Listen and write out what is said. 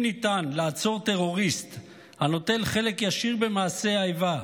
אם ניתן לעצור טרוריסט הנוטל חלק ישיר במעשי האיבה,